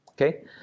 okay